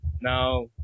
Now